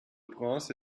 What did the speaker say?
prince